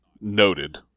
noted